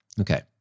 Okay